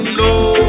low